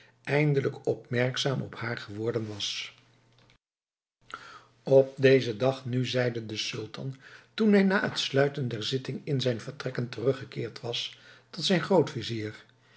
eindelijk opmerkzaam op haar geworden was op dezen dag nu zeide de sultan toen hij na het sluiten der zitting in zijn vertrekken teruggekeerd was tot zijn